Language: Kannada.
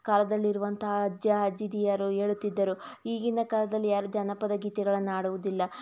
ಕಾಲದಲ್ಲಿ ಇರುವಂತಹ ಅಜ್ಜ ಅಜ್ಜಿಯರು ಹೇಳುತ್ತಿದ್ದರು ಈಗಿನ ಕಾಲದಲ್ಲಿ ಯಾರು ಜನಪದ ಗೀತೆಗಳನ್ನು ಹಾಡುವುದಿಲ್ಲ